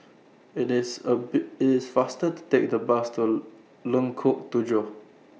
IT IS A Be IT IS faster to Take The Bus to Lengkok Tujoh